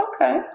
okay